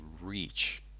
reach